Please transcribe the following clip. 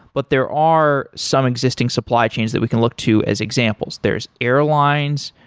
but there are some existing supply chains that we can look to as examples. there's airlines,